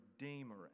Redeemer